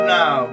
now